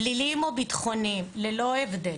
פליליים או ביטחוניים ללא הבדל,